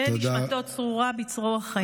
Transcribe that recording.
תהא נשמתו צרורה בצרור החיים.